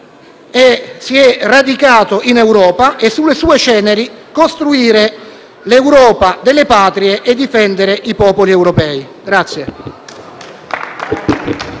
si è radicato in Europa e, sulle sue ceneri, costruire l'Europa delle Patrie e difendere i popoli europei.